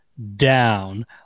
down